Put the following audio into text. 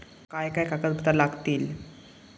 काय काय कागदपत्रा लागतील?